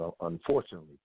unfortunately